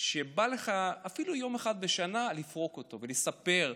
שבא לך אפילו יום אחד בשנה לפרוק אותו ולספר.